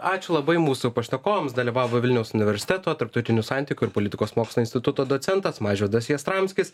ačiū labai mūsų pašnekovams dalyvavo vilniaus universiteto tarptautinių santykių ir politikos mokslų instituto docentas mažvydas jastramskis